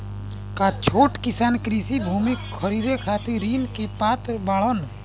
का छोट किसान कृषि भूमि खरीदे खातिर ऋण के पात्र बाडन?